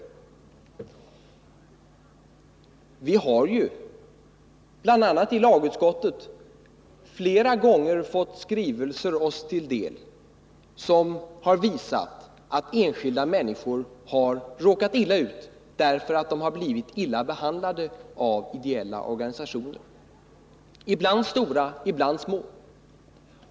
Men vi har ju bl.a. i lagutskottet flera gånger fått skrivelser oss till del som visat att enskilda 55 människor har råkat illa ut genom att de blivit illa behandlade av ideella organisationer, ibland stora, ibland små.